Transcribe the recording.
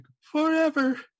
forever